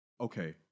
okay